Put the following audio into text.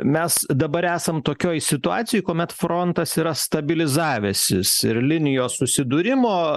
mes dabar esam tokioj situacijoj kuomet frontas yra stabilizavęsis ir linijos susidūrimo